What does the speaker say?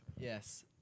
Yes